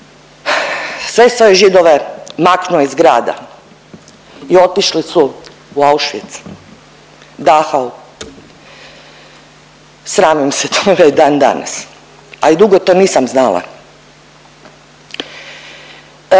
sve svoje Židove maknuo iz grada i otišli su u Auschwitz, Dachau, sramim se toga i dan danas, ali dugo to nisam znala.